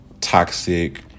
toxic